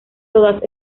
todas